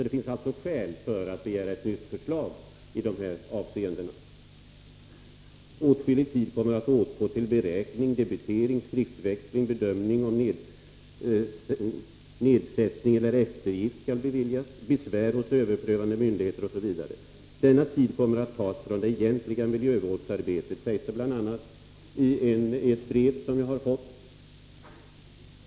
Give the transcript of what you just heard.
Det finns alltså skäl att begära ett i dessa avseenden nytt förslag. Åtskillig tid kommer att åtgå till beräkning, debitering, skriftväxling, bedömning av om nedsättning eller eftergift skall beviljas, besvär hos överprövande myndigheter, osv. Denna tid kommer att tas från det egentliga miljövårdsarbetet. Detta sägs bl.a. i ett brev som jag har fått.